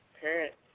parents